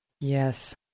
Yes